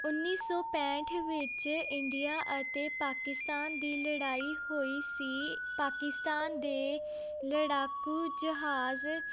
ਉੱਨੀ ਸੌ ਪੈਂਹਠ ਵਿੱਚ ਇੰਡੀਆ ਅਤੇ ਪਾਕਿਸਤਾਨ ਦੀ ਲੜਾਈ ਹੋਈ ਸੀ ਪਾਕਿਸਤਾਨ ਦੇ ਲੜਾਕੂ ਜਹਾਜ਼